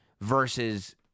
versus